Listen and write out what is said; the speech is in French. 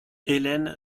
ellen